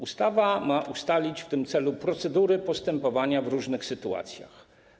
Ustawa ma ustalić w tym celu procedury postępowania w różnych sytuacjach.